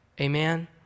Amen